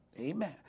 Amen